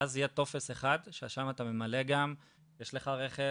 ואז יהיה טופס אחד ששם אתה ממלא גם יש לך רכב?